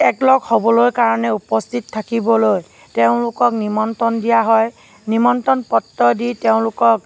একলগ হ'বৰ কাৰণে উপস্থিত থাকিবলৈ তেওঁলোকক নিমন্ত্ৰণ দিয়া হয় নিমন্ত্ৰণ পত্ৰ দি তেওঁলোকক